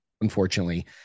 unfortunately